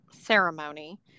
ceremony